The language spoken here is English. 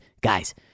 guys